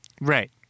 Right